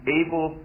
able